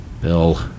Bill